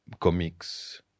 comics